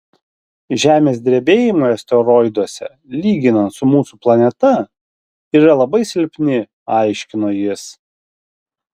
žemės drebėjimai asteroiduose lyginant su mūsų planeta yra labai silpni aiškino jis